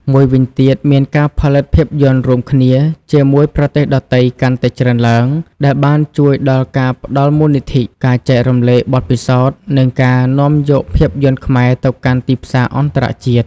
មួយវិញទៀត មានការផលិតភាពយន្តរួមគ្នាជាមួយប្រទេសដទៃកាន់តែច្រើនឡើង ដែលបានជួយដល់ការផ្តល់មូលនិធិ ការចែករំលែកបទពិសោធន៍ និងការនាំយកភាពយន្តខ្មែរទៅកាន់ទីផ្សារអន្តរជាតិ។